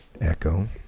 echo